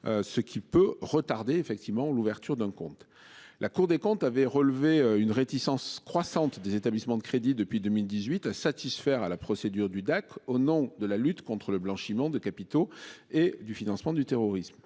Ce qui peut retarder effectivement l'ouverture d'un compte. La Cour des comptes avait relevé une réticence croissante des établissements de crédit depuis 2018 à satisfaire à la procédure du Dac au nom de la lutte contre le blanchiment de capitaux et du financement du terrorisme.